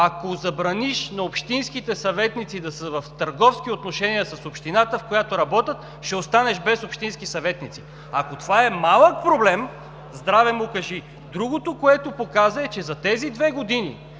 ако забраниш на общинските съветници да са в търговски отношения с общината, в която работят, ще останеш без общински съветници. Ако това е малък проблем, здраве му кажи! Другото, което показа, е, че за тези две години,